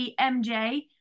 MJ